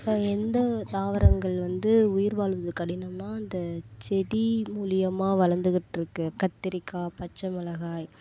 இப்போ எந்த தாவரங்கள் வந்து உயிர் வாழ்வது கடினம்னா அந்த செடி மூலியமாக வளர்ந்துக்கிட்ருக்க கத்திரிக்காய் பச்சை மிளகாய்